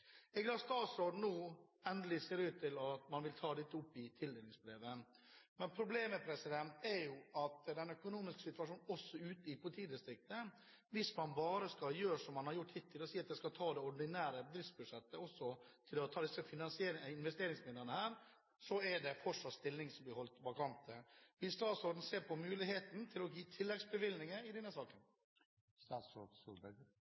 Jeg er glad for at statsråden nå endelig ser ut til å ville ta dette opp i tildelingsbrevet, men problemet er jo den økonomiske situasjonen ute i politidistriktene. Hvis man bare skal gjøre som man har gjort hittil, og si at man skal ta det ordinære driftsbudsjettet til disse investeringsmidlene, er det fortsatt stillinger som blir holdt vakante. Vil statsråden se på muligheten til å gi tilleggsbevilgninger i denne